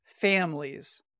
families